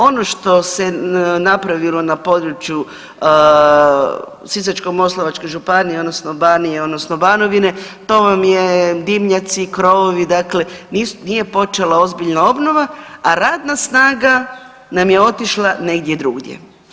Ono što se napravilo na području Sisačko-moslavačke županije odnosno Banije odnosno Banovine to vam je dimnjaci, krovovi, dakle nije počela ozbiljna obnova, a radna snaga nam je otišla negdje drugdje.